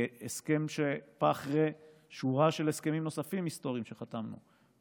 כהסכם שבא אחרי שורה של הסכמים היסטוריים נוספים שחתמנו,